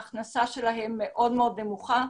ההכנסה שלהן מאוד נמוכה,